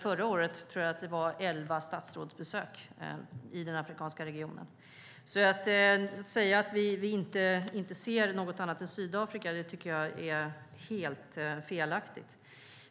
Förra året var det elva statsrådsbesök i den afrikanska regionen. Att säga att vi inte ser något annat än Sydafrika är helt felaktigt.